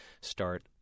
start